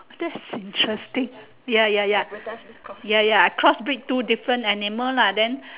that's interesting ya ya ya ya ya I cross breed two different animal lah then